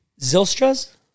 Zilstra's